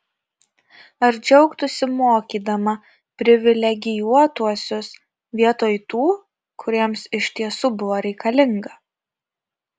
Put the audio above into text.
ar džiaugtųsi mokydama privilegijuotuosius vietoj tų kuriems iš tiesų buvo reikalinga